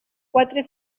quatre